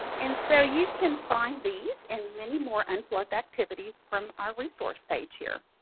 and so you can find these and many more unplugged activities from our resource page here.